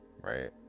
Right